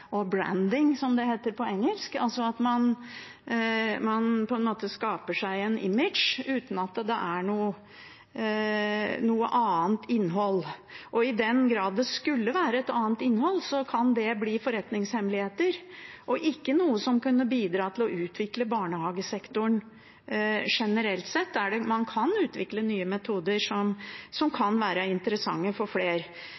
som det heter på engelsk, altså at man på en måte skaper seg en image uten at det er noe annet innhold. Og i den grad det skulle være et annet innhold, kan det bli forretningshemmeligheter og ikke noe som kan bidra til å utvikle barnehagesektoren generelt sett, der man kan utvikle nye metoder som